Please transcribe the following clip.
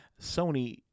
Sony